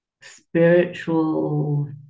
spiritual